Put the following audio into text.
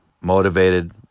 motivated